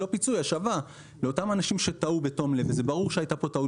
לא פיצוי אלא השבה לאותם אנשים שטעו בתום לב וזה ברור שהייתה כאן טעות